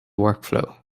workflow